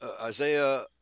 Isaiah